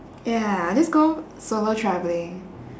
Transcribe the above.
ya I'll just go solo travelling